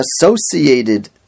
associated